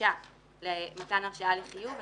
הבקשה למתן הרשאה לחיוב.